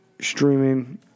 streaming